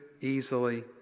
easily